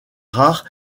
rares